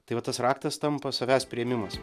tai va tas raktas tampa savęs priėmimas